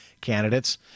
candidates